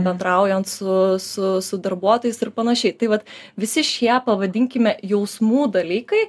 bendraujant su su su darbuotojais ir panašiai tai va visi šie pavadinkime jausmų dalykai